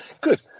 Good